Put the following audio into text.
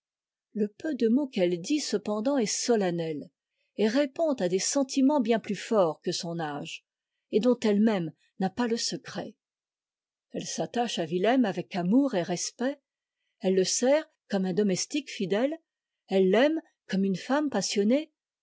le peu de mots qu'elle dit cependant est solennel et répond à des sentiments bien plus forts que son âge et dont elfe même n'a pas le secret elle s'attache à wilhelm avec amour et respect elle le sert comme un domestique fidèle elle l'aime comme une femme passionnée